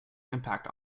impact